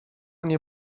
nie